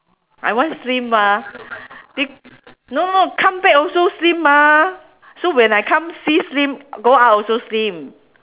I want slim mah be~ no no come back also slim mah so when I come see slim go out also slim